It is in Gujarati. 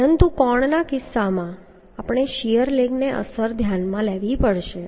પરંતુ કોણના કિસ્સામાં આપણે શીયર લેગ અસરને ધ્યાનમાં લેવી પડશે